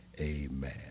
Amen